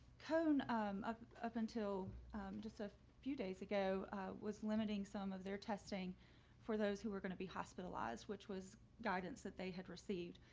code um ah up until just a few days ago was limiting some they're testing for those who are going to be hospitalized, which was guidance that they had received.